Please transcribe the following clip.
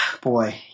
boy